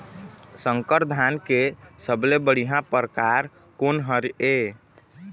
संकर धान के सबले बढ़िया परकार कोन हर ये?